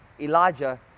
Elijah